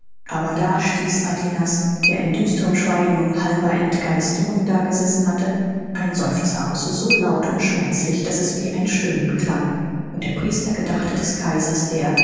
aber da stieß atinas der in düsterem schweigen und halber entgeisterung dagesessen hatte einen seufzer aus so laut und schmerzlich daß es wie ein stöhnen klang und der priester gedachte des kaisers der